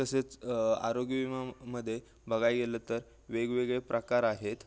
तसेच आरोग्य विमामध्ये बघायला गेलं तर वेगवेगळे प्रकार आहेत